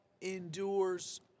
endures